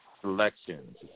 selections